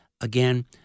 again